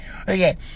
Okay